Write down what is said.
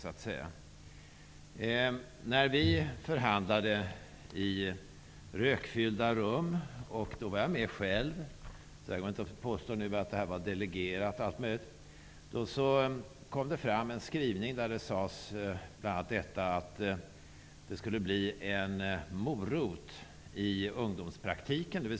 Jag har själv varit med och förhandlat i rökfyllda rum. Jag påstår således inte att ärendet var delegerat. Vid överläggningen kom det fram en skrivning där det bl.a. sades att det skulle finnas en morot i ungdomspraktiken.